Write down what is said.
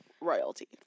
royalty